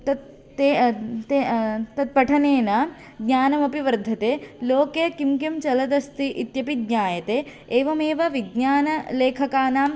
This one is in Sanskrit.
तत् ते ते तत् पठनेन ज्ञानमपि वर्धते लोके किं किं चलदस्ति इत्यपि ज्ञायते एवमेव विज्ञानलेखकानां